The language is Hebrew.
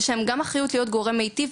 יש להם גם אחריות להיות גורם מיטיב,